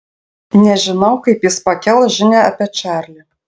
nežinau kaip jis pakels žinią apie čarlį